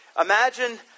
Imagine